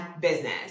business